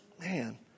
man